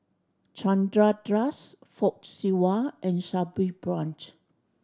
Chandra Das Fock Siew Wah and Sabri Buang